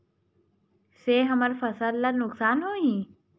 से हमर फसल ला नुकसान होही?